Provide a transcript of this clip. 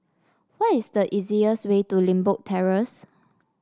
what is the easiest way to Limbok Terrace